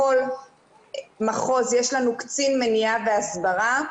בכל מחוז יש לנו קצין מניעה והסברה.